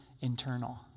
internal